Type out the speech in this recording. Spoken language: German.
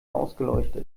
ausgeleuchtet